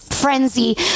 frenzy